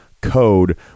code